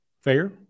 Fair